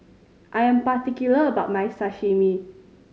I am particular about my Sashimi